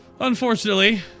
Unfortunately